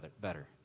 better